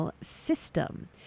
system